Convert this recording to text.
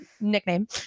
nickname